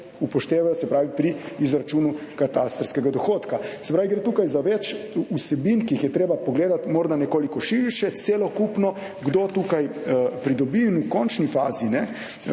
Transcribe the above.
pravi pri izračunu katastrskega dohodka. Se pravi, gre tukaj za več vsebin, ki jih je treba pogledati morda nekoliko širše, celokupno, kdo tukaj pridobi in v končni fazi